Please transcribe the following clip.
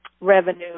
revenue